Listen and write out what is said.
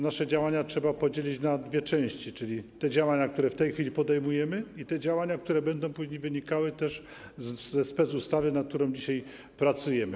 Nasze działania trzeba podzielić na dwie części, czyli te działania, które w tej chwili podejmujemy, i te działania, które będą później wynikały ze specustawy, nad którą dzisiaj pracujemy.